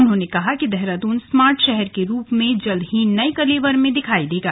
उन्होंने कहा कि देहरादून स्मार्ट शहर के रूप में जल्द ही नये कलेवर में दिखाई देगा